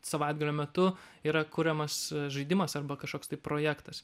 savaitgalio metu yra kuriamas žaidimas arba kažkoks tai projektas